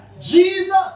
Jesus